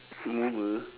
mover